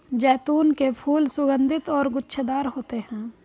जैतून के फूल सुगन्धित और गुच्छेदार होते हैं